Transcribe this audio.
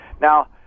Now